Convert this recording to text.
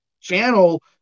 channel